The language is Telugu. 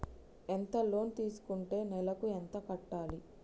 ఎంత లోన్ తీసుకుంటే నెలకు ఎంత కట్టాలి?